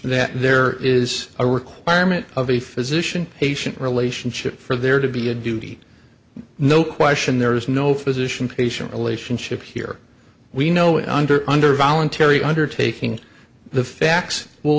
that there is a requirement of a physician patient relationship for there to be a duty no question there is no physician patient relationship here we know under under voluntary undertaking the facts will